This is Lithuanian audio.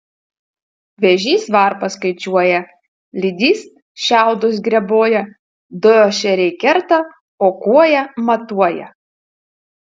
vėžys varpas skaičiuoja lydys šiaudus greboja du ešeriai kerta o kuoja matuoja